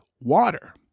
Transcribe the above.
water